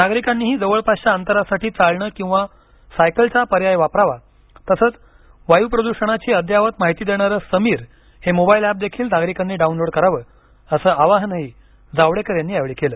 नागरिकांनीही जवळपासच्या अंतरासाठी चालणे किंवा सायकलचा पर्याय वापरावा तसंच वायुप्रदुषणाची अद्ययावत माहिती देणारे समीर हे मोबाईल एप देखील नागरिकांनी डाऊनलोड करावंअसं आवाहनही जावडेकर यांनी यावेळी केलं